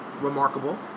Remarkable